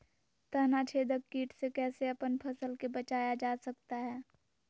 तनाछेदक किट से कैसे अपन फसल के बचाया जा सकता हैं?